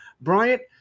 Bryant